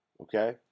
Okay